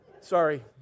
Sorry